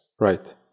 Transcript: Right